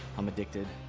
i'm addicted.